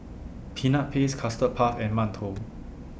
Peanut Paste Custard Puff and mantou